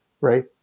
right